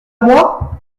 moi